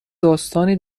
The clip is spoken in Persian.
داستانی